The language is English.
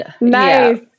Nice